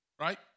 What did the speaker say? right